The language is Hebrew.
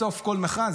בסוף כל מכרז,